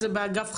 זה באגף חקירות.